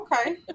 okay